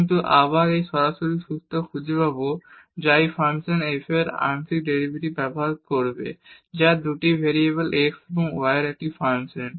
কিন্তু আমরা একটি সরাসরি সূত্র খুঁজে পাব যা এই ফাংশন f এর আংশিক ডেরিভেটিভস ব্যবহার করবে যা 2 ভেরিয়েবল x এবং y এর একটি ফাংশন